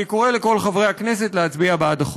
אני קורא לכל חברי הכנסת להצביע בעד החוק.